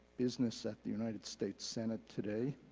business at the united state senate today,